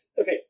okay